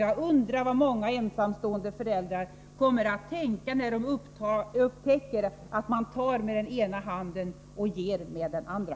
Jag undrar vad många ensamstående föräldrar kommer att tänka när de upptäcker att man ger med den ena handen och tar med den andra.